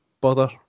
bother